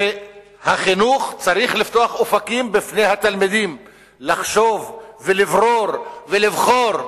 החינוך צריך לפתוח אופקים בפני התלמידים לחשוב ולברור ולבחור,